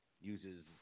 uses